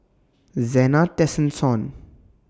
Zena Tessensohn